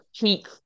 peak